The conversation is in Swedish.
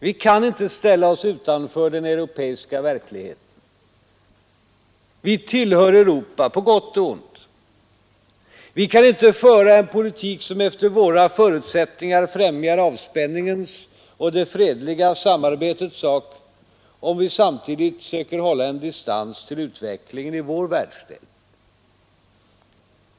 Vi kan inte ställa oss utanför den europeiska verkligheten. Vi tillhör Europa — på gott och ont. Vi kan inte föra en politik som efter våra förutsättningar främjar avspänningens och det fredliga samarbetets sak, om vi samtidigt söker hålla en distans till utvecklingen i vår egen världsdel.